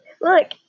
look